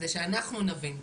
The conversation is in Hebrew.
כדי שאנחנו נבין.